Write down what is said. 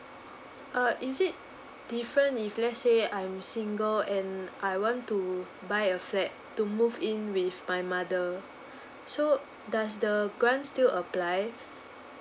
uh is it different if let's say I am single and I want to buy a flat to move in with my mother so does the grant still apply